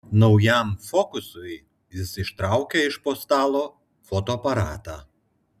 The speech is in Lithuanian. naujam fokusui jis ištraukė iš po stalo fotoaparatą